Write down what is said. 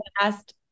last